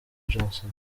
jason